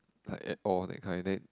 like at all that kind then